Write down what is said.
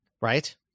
Right